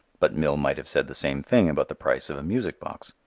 but mill might have said the same thing about the price of a music box,